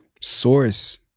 source